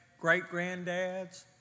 great-granddads